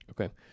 Okay